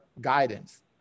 guidance